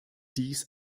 dies